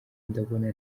ndabona